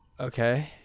Okay